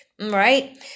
right